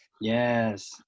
Yes